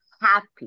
happy